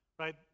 right